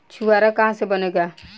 छुआरा का से बनेगा?